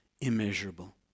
immeasurable